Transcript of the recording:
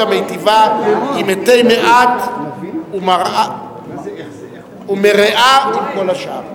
המיטיבה עם מתי מעט ומרעה עם כל השאר.